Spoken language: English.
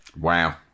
Wow